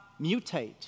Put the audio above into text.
mutate